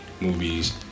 movies